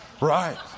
right